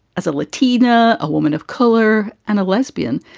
as a latina, a woman of color and a lesbian,